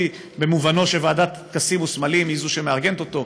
במובנו שוועדת טקסים וסמלים היא שמארגנת אותו,